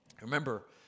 Remember